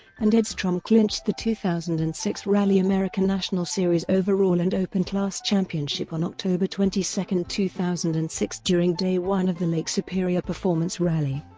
and edstrom clinched the two thousand and six rally america national series overall and open class championship on october twenty two, two thousand and six during day one of the lake superior performance rally.